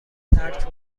ترک